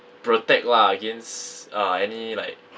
protect lah against uh any like